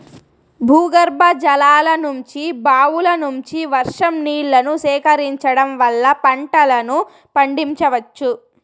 భూగర్భజలాల నుంచి, బావుల నుంచి, వర్షం నీళ్ళను సేకరించడం వల్ల పంటలను పండించవచ్చు